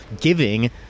giving